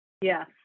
Yes